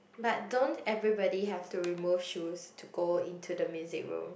but don't everybody have to remove shoes to go into the music room